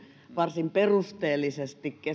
varsin perusteellisesti